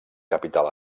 capital